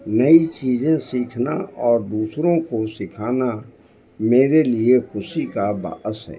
نئی چیزیں سیکھنا اور دوسروں کو سکھانا میرے لیے خوشی کا باعث ہے